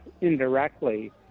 indirectly